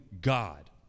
God